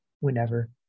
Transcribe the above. Whenever